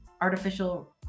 artificial